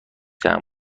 طعم